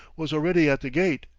was already at the gate,